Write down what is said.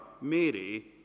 Mary